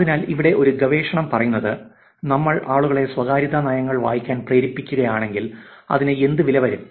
അതിനാൽ ഇവിടെ ഒരു ഗവേഷണം പറയുന്നത് നമ്മൾ ആളുകളെ സ്വകാര്യതാ നയങ്ങൾ വായിക്കാൻ പ്രേരിപ്പിക്കുകയാണെങ്കിൽ അതിന് എന്ത് വിലവരും